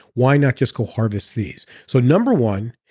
why not just go harvest these? so, number one,